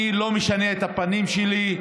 אני לא משנה את הפנים שלי,